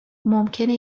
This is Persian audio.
ممکنه